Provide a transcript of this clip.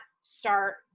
start